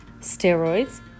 steroids